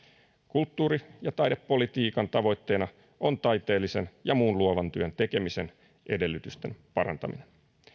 kulttuuri ja taidepolitiikan tavoitteena on taiteellisen ja muun luovan työn tekemisen edellytysten parantaminen